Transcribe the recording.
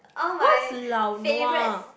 what's lau nua